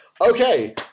Okay